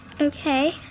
Okay